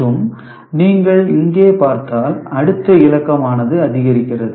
மற்றும் நீங்கள் இங்கே பார்த்தால் அடுத்த இலக்கமானது அதிகரிக்கிறது